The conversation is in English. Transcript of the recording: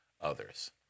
others